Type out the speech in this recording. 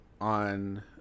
on